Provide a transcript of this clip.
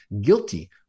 guilty